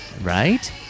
Right